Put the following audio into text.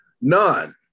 None